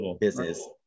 business